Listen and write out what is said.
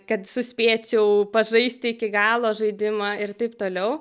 kad suspėčiau pažaisti iki galo žaidimą ir taip toliau